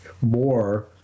more